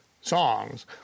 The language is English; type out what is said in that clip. songs